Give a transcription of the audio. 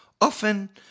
often